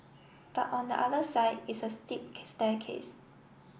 but on the other side is a steep case staircase